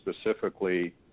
specifically